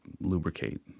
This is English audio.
lubricate